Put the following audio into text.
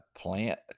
plant